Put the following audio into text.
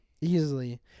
easily